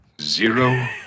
zero